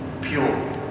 pure